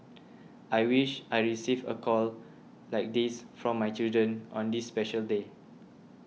I wish I receive a call like this from my children on this special day